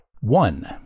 One